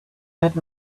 had